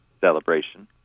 celebration